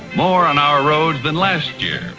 more on our roads than last year,